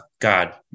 God